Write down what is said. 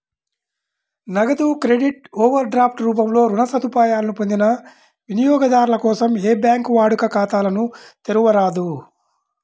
నగదు credit, overdraft రూపంలో రుణ సదుపాయాలను పొందిన వినియోగదారుల కోసం ఏ బ్యాంకూ వాడుక ఖాతాలను తెరవరాదు